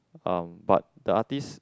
uh but the artist